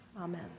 Amen